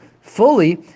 fully